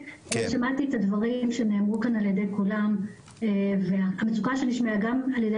שמעתי את הדברים שנאמרו כאן על ידי כולם והמצוקה שנשמעה גם על ידי